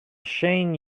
shane